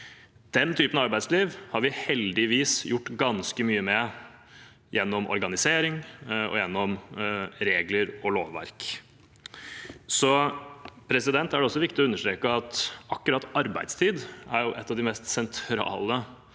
Den typen arbeidsliv har vi heldigvis gjort ganske mye med gjennom organisering og gjennom regler og lovverk. Det er også viktig å understreke at akkurat arbeidstid er et av de mest sentrale